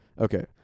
Okay